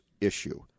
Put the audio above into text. issue